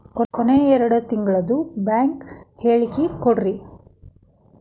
ಕೊನೆ ಎರಡು ತಿಂಗಳದು ಬ್ಯಾಂಕ್ ಹೇಳಕಿ ಕೊಡ್ರಿ